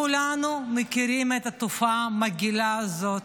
כולנו מכירים את התופעה המגעילה הזאת,